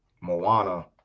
Moana